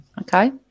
Okay